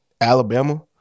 Alabama